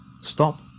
Stop